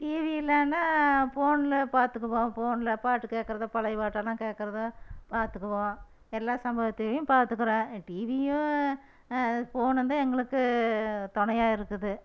TV இல்லைனா போனில் பார்த்துக்குவோம் போனில் பாட்டு கேட்குறது பழைய பாட்டெல்லாம் கேட்குறதோ பார்த்துக்குவோம் எல்லாம் சம்பவத்தையும் பார்த்துக்குறோம் டிவியும் போனும் தான் எங்களுக்கு துணையா இருக்குது